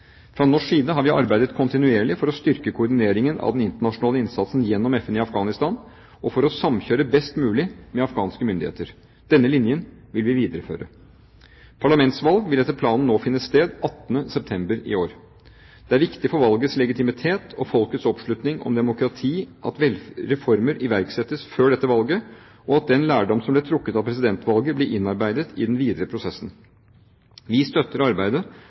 Fra norsk side har vi arbeidet kontinuerlig for å styrke koordineringen av den internasjonale innsatsen gjennom FN i Afghanistan og for å samkjøre best mulig med afghanske myndigheter. Denne linjen vil vi videreføre. Parlamentsvalg vil etter planen nå finne sted 18. september i år. Det er viktig for valgets legitimitet og folkets oppslutning om demokratiet at reformer iverksettes før dette valget, og at den lærdom som ble trukket av presidentvalget, blir innarbeidet i den videre prosessen. Vi støtter arbeidet